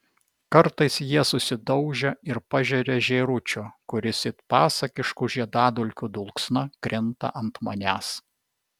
kartais jie susidaužia ir pažeria žėručio kuris it pasakiškų žiedadulkių dulksna krinta ant manęs